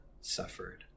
suffered